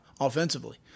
offensively